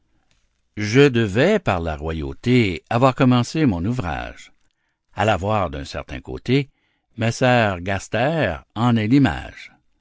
je devais par la royauté avoir commencé mon ouvrage à la voir d'un certain côté messer gaster en est l'image